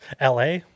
LA